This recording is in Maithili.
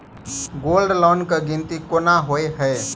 गोल्ड लोन केँ गिनती केना होइ हय?